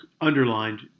underlined